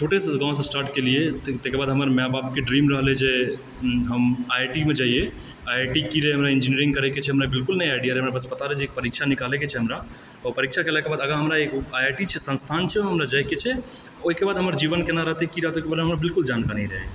छोटे सं गाँव स स्टार्ट केलिए तकर बाद हमर माय बाप के ड्रीम रहलें जे हम आई आई टी मे जइए आई आई टी की रहय हमरा इनजिनयरिंग करय छै हमरा बिल्कुल नहि आइडिया रहै हमरा बस पता रहय की हमरा बस परीक्षा निकालय के छै हमरा ओ परीक्षा केला के बाद अगर हमरा एगो आई आई टी छै संस्थान छै ओ हमरा जाय के छै ओहिके बाद हमर जीवन केना रहतै की रहतो एक़रा बारेमे हम बिल्कुल जानकारी नहि रहय